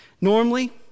Normally